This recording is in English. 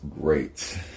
great